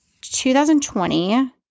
2020